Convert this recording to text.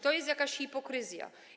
To jest jakaś hipokryzja.